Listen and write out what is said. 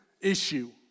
issue